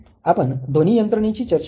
आपण ध्वनी यंत्रणेची चर्चा केली